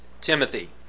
Timothy